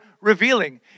revealing